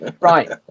Right